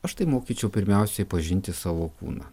aš tai mokyčiau pirmiausiai pažinti savo kūną